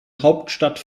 hauptstadt